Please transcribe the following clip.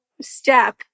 step